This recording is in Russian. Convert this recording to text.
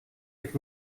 быть